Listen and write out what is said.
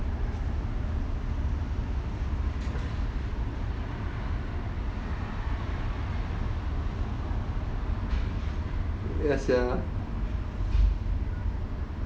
ya sia